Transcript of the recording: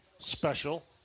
Special